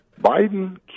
Biden